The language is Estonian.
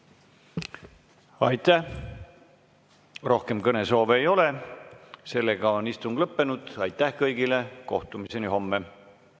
Aitäh! Rohkem kõnesoove ei ole. Sellega on istung lõppenud. Aitäh kõigile ja kohtumiseni homme!